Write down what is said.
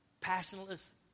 passionless